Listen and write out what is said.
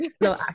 No